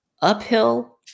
uphill